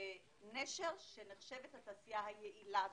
בנשר, שנחשבת לתעשייה היעילה בישראל.